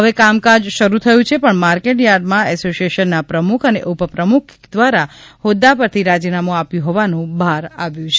હવે કામકાજ શરૂ થયું છે પણ માર્કેટ થાર્ડ એસોસિએશનના પ્રમુખ અને ઉપપ્રમુખે દ્વારા હોદ્દા પરથી રાજીનામું આપ્યું હોવાનુ બહાર આવ્યું છે